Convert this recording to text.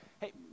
hey